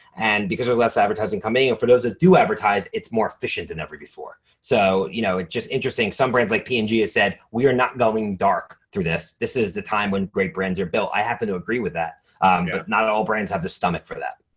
and because of less advertising coming in for those that do advertise, it's more efficient than ever before. so, you know it's just interesting. some brands like p and g has said, we are not going dark through this. this is the time when great brands are built. i happen to agree with that, but not all brands have the stomach for that.